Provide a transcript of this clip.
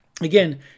Again